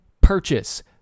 Purchase